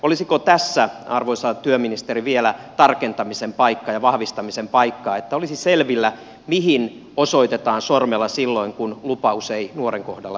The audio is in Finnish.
olisiko tässä arvoisa työministeri vielä tarkentamisen paikka ja vahvistamisen paikka että olisi selvillä mihin osoitetaan sormella silloin kun lupaus ei nuoren kohdalla toteudukaan